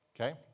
Okay